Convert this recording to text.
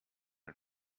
and